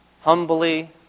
humbly